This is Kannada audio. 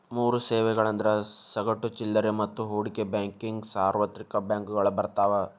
ಮೂರ್ ಸೇವೆಗಳಂದ್ರ ಸಗಟು ಚಿಲ್ಲರೆ ಮತ್ತ ಹೂಡಿಕೆ ಬ್ಯಾಂಕಿಂಗ್ ಸಾರ್ವತ್ರಿಕ ಬ್ಯಾಂಕಗಳು ಬರ್ತಾವ